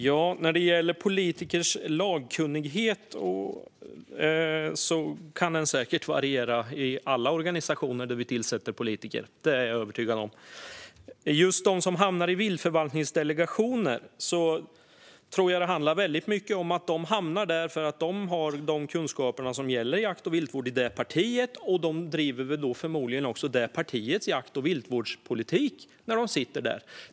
Herr talman! Politikers lagkunnighet kan säkert variera, och jag är övertygad om att detta gäller i alla organisationer dit vi tillsätter politiker. När det gäller politiker som hamnar i viltförvaltningsdelegationer tror jag att det handlar väldigt mycket om att de hamnar där för att de är personer i sina respektive partier som har kunskaper om jakt och viltvård. De driver då förmodligen också respektive partis jakt och viltvårdspolitik när de sitter där.